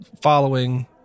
following